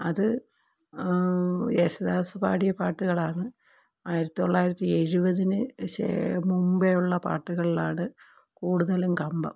അത് യേശുദാസ് പാടിയ പാട്ടുകളാണ് ആയിരത്തി തൊള്ളായിരത്തി എഴുപതിന് മുമ്പേയുള്ള പാട്ടുകളിലാണ് കൂടുതലും കമ്പം